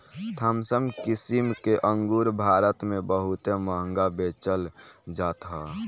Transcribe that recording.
Thompson किसिम के अंगूर भारत में बहुते महंग बेचल जात हअ